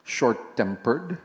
Short-tempered